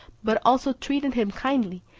but also treated him kindly,